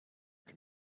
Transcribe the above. can